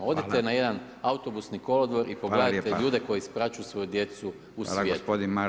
Odite na jedan autobusni kolodvor i pogledajte ljudi koji ispraćuju svoju djecu u svijet.